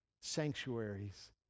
sanctuaries